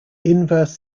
inverse